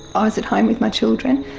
i was at home with my children.